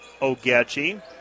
Ogechi